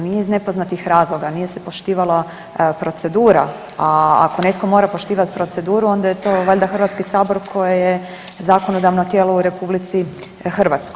Nije iz nepoznatih razloga, nije se poštivala procedura, a ako netko mora poštivat proceduru onda je to valjda HS koje je zakonodavno tijelo u RH.